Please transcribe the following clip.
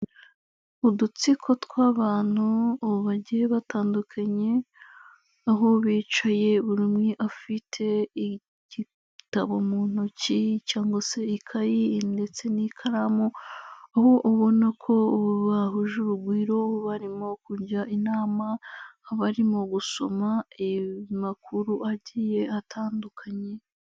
Udutsiko tw'abantu bagiye batandukanye, aho bicaye buri umwe afite igitabo mu ntoki, cyangwa se ikayi ndetse n'ikaramu, aho ubona ko bahuje urugwiro, barimo kujya inama, barimo gusoma amakuru agiye atandukanye.